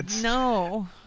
no